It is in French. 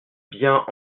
bien